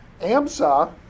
Amsa